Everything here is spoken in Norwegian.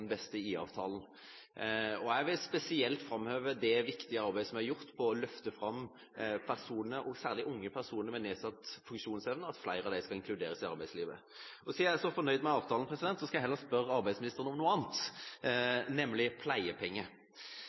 beste IA-avtalen. Jeg vil spesielt framheve det viktige arbeidet som er gjort for å løfte fram at flere personer, særlig unge personer med nedsatt funksjonsevne, skal inkluderes i arbeidslivet. Siden jeg er så fornøyd med avtalen, skal jeg heller spørre arbeidsministeren om noe annet, nemlig om pleiepenger.